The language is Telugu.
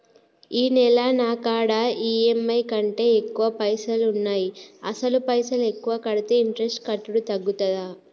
ఈ నెల నా కాడా ఈ.ఎమ్.ఐ కంటే ఎక్కువ పైసల్ ఉన్నాయి అసలు పైసల్ ఎక్కువ కడితే ఇంట్రెస్ట్ కట్టుడు తగ్గుతదా?